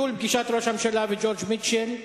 ביטול פגישת ראש הממשלה וג'ורג' מיטשל.